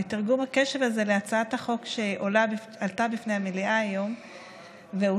ותרגום הקשב הזה להצעת החוק שעלתה בפני המליאה היום ואושרה,